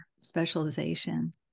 specialization